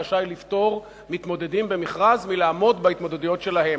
רשאי לפטור מתמודדים במכרז מלעמוד בהתחייבויות שלהם.